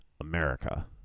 America